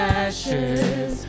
ashes